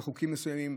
בחוקים מסוימים,